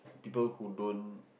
people who don't